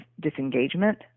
disengagement